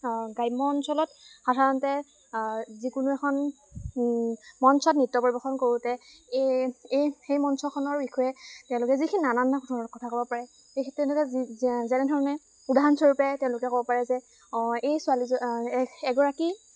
গ্ৰাম্য অঞ্চলত সাধাৰণতে যিকোনো এখন মঞ্চত নৃত্য পৰিৱেশন কৰোঁতে এই এই সেই মঞ্চখনৰ বিষয়ে তেওঁলোকে যিখিনি নানান ধৰণৰ কথা ক'ব পাৰে এই তেওঁলোকে যি যেনেধৰণে উদাহৰণস্বৰূপে তেওঁলোকে ক'ব পাৰে যে অঁ এই ছোৱালীজন এগৰাকী